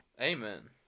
Amen